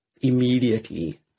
immediately